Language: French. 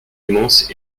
immense